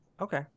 Okay